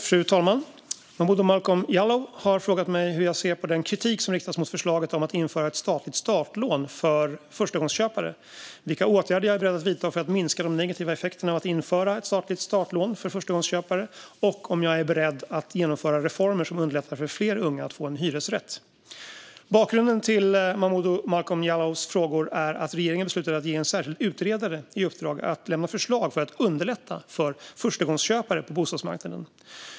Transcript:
Fru talman! Momodou Malcolm Jallow har frågat mig hur jag ser på den kritik som riktats mot förslaget om att införa ett statligt startlån för förstagångsköpare, vilka åtgärder jag är beredd att vidta för att minska de negativa effekterna av att införa ett statligt startlån för förstagångsköpare och om jag är beredd att genomföra reformer som underlättar för fler unga att få en hyresrätt. Bakgrunden till Momodou Malcolm Jallows frågor är att regeringen beslutat att ge en särskild utredare i uppdrag att lämna förslag för att underlätta för förstagångsköpare på bostadsmarknaden.